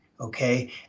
okay